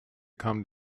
come